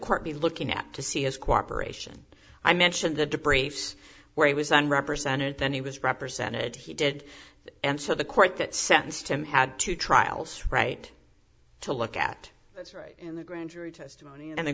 court be looking at to see his cooperation i mentioned the debriefs where he was on represented then he was represented he did that and so the court that sentenced him had two trials right to look at that's right and the grand jury testimony and the